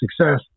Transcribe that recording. success